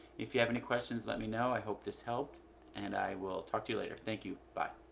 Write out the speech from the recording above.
if you have any questions, let me know. i hope this helped and i will talk to you later. thank you bye.